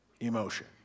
emotion